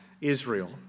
Israel